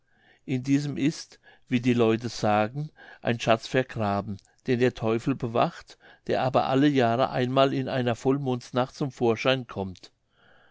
in diesem ist wie die leute sagen ein schatz vergraben den der teufel bewacht der aber alle jahre einmal in einer vollmondsnacht zum vorschein kommt